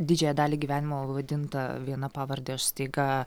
didžiąją dalį gyvenimo vadinta viena pavarde aš staiga